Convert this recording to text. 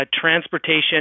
transportation